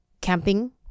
camping